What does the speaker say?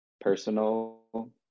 personal